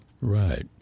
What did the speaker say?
Right